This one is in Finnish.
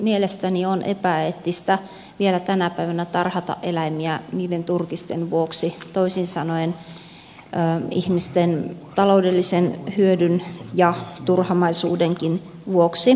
mielestäni on epäeettistä vielä tänä päivänä tarhata eläimiä niiden turkisten vuoksi toisin sanoen ihmisten taloudellisen hyödyn ja turhamaisuudenkin vuoksi